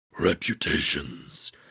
reputations